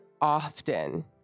often